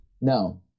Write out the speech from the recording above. No